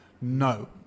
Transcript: no